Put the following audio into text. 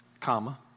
comma